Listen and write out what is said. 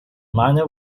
miner